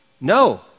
no